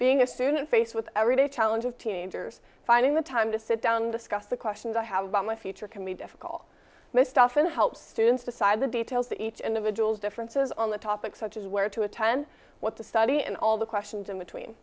being assume that faced with a rebate challenge of teenagers finding the time to sit down and discuss the questions i have about my future can be difficult most often help students decide the details that each individual's differences on the topic such as where to a ton what to study and all the questions in between